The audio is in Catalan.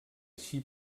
així